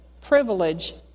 privilege